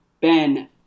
Ben